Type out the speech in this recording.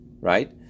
right